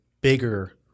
Bigger